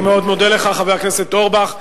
אני מאוד מודה לך, חבר הכנסת אורבך.